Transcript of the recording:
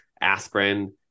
aspirin